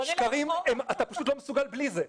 השקרים, אתה פשוט לא מסוגל בלי זה.